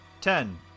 Ten